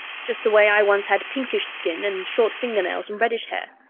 just the way i once had pinkish skin and short fingernails and reddish hair,